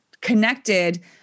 connected